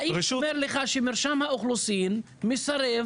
האיש אומר לך שמרשם האוכלוסין מסרב